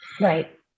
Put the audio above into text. Right